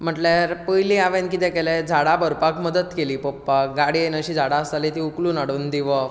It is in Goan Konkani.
म्हटल्यार पयलीं हांवेन कितें केलें झाडां भरपाक मदत केली पप्पाक गाडयेंत अशीं झाडां आसतालीं ती उखलून हाडून दिवप